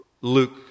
Luke